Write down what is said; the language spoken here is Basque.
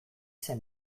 zen